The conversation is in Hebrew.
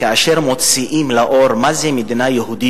כאשר מוציאים לאור מה זה מדינה יהודית,